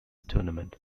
tournament